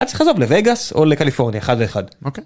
לוגאס או לקליפורניה, אחד לאחד.